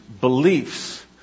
beliefs